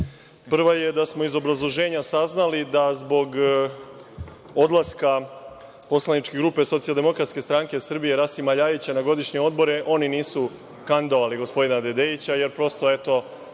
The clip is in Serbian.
je, da smo iz obrazloženja saznali da zbog odlaska poslaničke grupe Socijaldemokratske stranke Srbije, Rasima LJajića na godišnje odmore, oni nisu kandidovali gospodina Dedejića, jer prosto eto